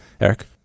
Eric